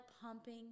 pumping